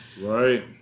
right